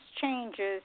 changes